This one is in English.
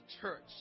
church